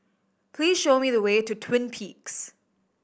please show me the way to Twin Peaks